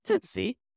See